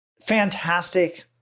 Fantastic